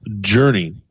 journey